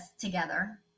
together